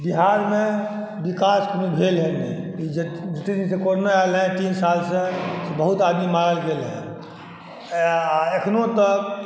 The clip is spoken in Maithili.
बिहारमे विकास कोनो भेल हँ नहि जतय दिनसँ करोना आयल हँ तीन सालसँ बहुत आदमी मारल गेल हँ अखनहुँ तक